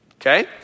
okay